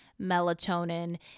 melatonin